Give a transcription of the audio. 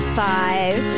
five